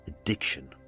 addiction